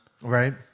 Right